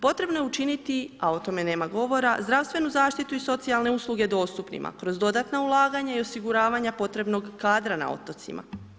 Potrebno je učiniti, a o tome nema govora, zdravstvenu zaštitu i socijalne usluge dostupnima, kroz dodatna ulaganja i osiguravanja potrebnog kadra na otocima.